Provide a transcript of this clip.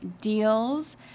deals